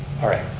alright,